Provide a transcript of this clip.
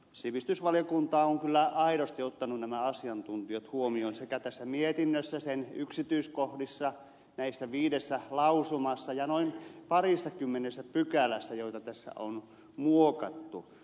sivistysvaliokunta on kyllä aidosti ottanut nämä asiantuntijat huomioon sekä tässä mietinnössä sen yksityiskohdissa näissä viidessä lausumassa että noin parissakymmenessä pykälässä joita tässä on muokattu